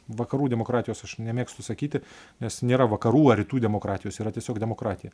vakarų demokratijos aš nemėgstu sakyti nes nėra vakarų ar rytų demokratijos yra tiesiog demokratija